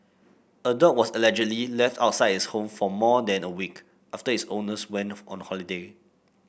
a dog was allegedly left outside its home for more than a week after its owners went on holiday